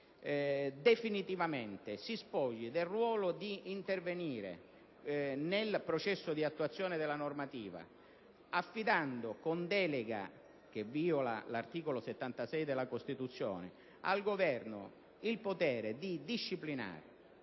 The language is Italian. definitivamente del ruolo di intervenire nel processo di attuazione della normativa, affidando con delega, in violazione dell'articolo 76 della Costituzione, al Governo il potere di disciplinare